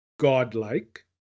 godlike